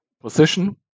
position